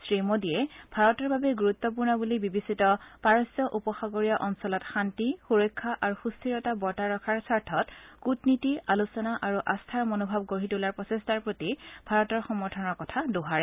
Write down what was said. শ্ৰীমোদীয়ে ভাৰতৰ বাবে গুৰুতপূৰ্ণ বলি বিবেচিত পাৰস্য উপসাগৰীয় অঞ্চলত শান্তি সুৰক্ষা আৰু সুস্থিৰতা বৰ্তাই ৰখাৰ স্বাৰ্থত কুটনীতি আলোচনা আৰু আস্থাৰ মনোভাব গঢ়ি তোলাৰ প্ৰচেষ্টাৰ প্ৰতি ভাৰতৰ সমৰ্থনৰ কথা দোহাৰে